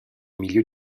milieu